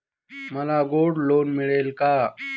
मला gold loan मिळेल का?